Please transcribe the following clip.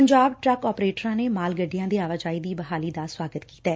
Punjab truck ਆਪਰੇਟਰਾਂ ਨੇ ਮਾਲ ਗੱਡੀਆਂ ਦੀ ਆਵਾਜਾਈ ਦੀ ਬਹਾਲੀ ਦਾ ਸਵਾਗਤ ਕੀਤੈ